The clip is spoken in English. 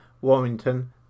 Warrington